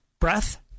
breath